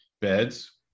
beds